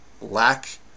lack